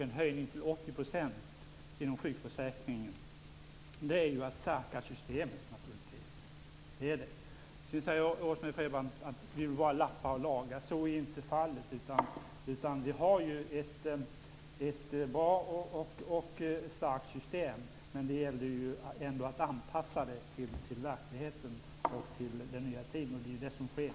En höjning till 80 % inom sjukförsäkringen är naturligtvis att stärka systemet. Sedan säger Rose-Marie Frebran att vi bara lappar och lagar. Så är inte fallet. Vi har ett bra och starkt system. Men det gäller att anpassa det till verkligheten och till den nya tiden, och det är vad som sker.